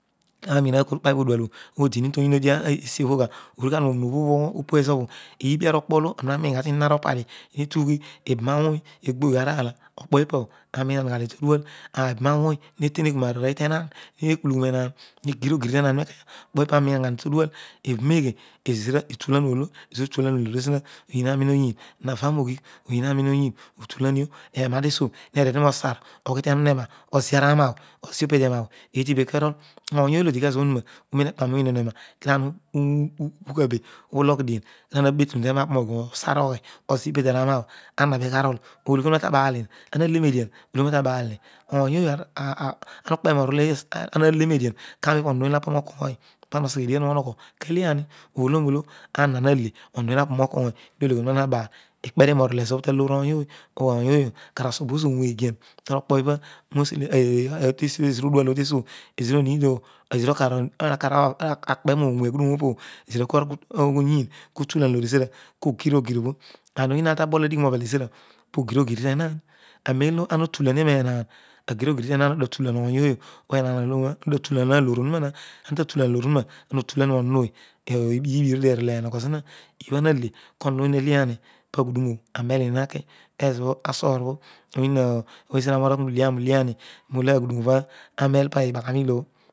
Anma kul kpailo odi odual obho odiuun toyin nedi esiobh gha nugha dio noron obho obh opu ezobho ihbi ariokpolo ani na nurugha tuuon aropadi ne tughu. ibanawony negboyo araaha ibanauony olo uete uoun ara nou tangan nekpulu aghu menaan negir ogri tenaan nikeya ipa ami oono gha dio todual ebuneghe ezira euuau oolo oyin anin oyin hava noghigh oyun amim oyinu utuianilo ouy ooy olo dite zobo odi tezobho ohunu kana ubetunu pana haki moze. kana ua betuuu no ghi osaar ooy ibeduaana bho ana le ne dian kana unin bho onon ooy hapo mo koar pana oseghe edian obho ohogho kalean. olo nolo ana ughe kedio onon ooy hapo mo koor ikpedio nonol ezobho taloony ooy iibiiibi iruedio erol enoogho zona ibhana na le kohon ooy na leami paghudumo obho anehiri naki nolo oghodion obho anel ibaghoni ilo